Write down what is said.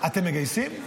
אתם מגייסים?